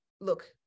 look